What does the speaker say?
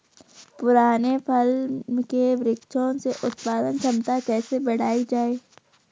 पुराने फल के वृक्षों से उत्पादन क्षमता कैसे बढ़ायी जाए?